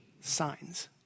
signs